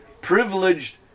privileged